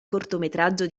cortometraggio